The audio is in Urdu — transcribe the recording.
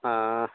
ہاں